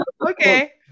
Okay